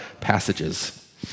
passages